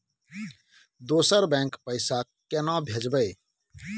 दोसर बैंक पैसा केना भेजबै?